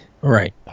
right